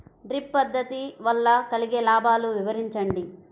Drip పద్దతి వల్ల కలిగే లాభాలు వివరించండి?